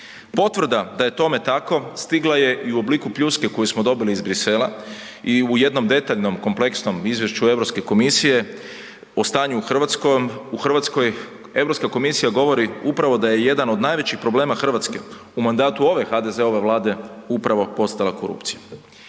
Potvrda da je tome tako stigla je i u obliku pljuske koju smo dobili iz Bruxellesa i u jednom detaljnom kompleksnom izvješću Europske komisije o stanju u Hrvatskoj, Europska komisija govori upravo da jedan od najvećih problema Hrvatske u mandatu ove HDZ-ove vlade upravo postala korupcija.